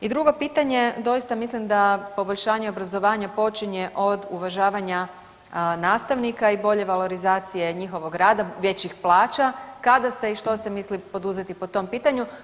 I drugo pitanje, doista mislim da poboljšanje obrazovanja počinje od uvažavanja nastavnika i bolje valorizacije njihovog rada, većih plaća, kada se i što se misli poduzeti po tom pitanju?